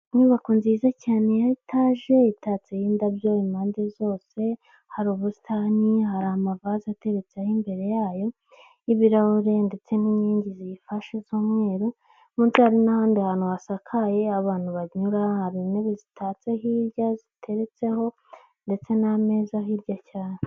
Inyubako nziza cyane ya etaje itatseho indabyo impande zose, hari ubusitani, hari amavaze ateretseho imbere yayo y'ibirahure ndetse n'inyingi ziyifashe z'umweru, munsi hari n'ahandi hantu hasakaye abantu banyura, hari intebe zitatse hirya ziteretseho ndetse n'ameza hirya cyane.